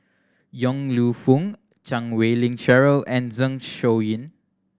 Yong Lew Foong Chan Wei Ling Cheryl and Zeng Shouyin